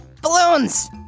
Balloons